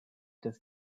des